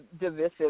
divisive